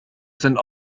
sind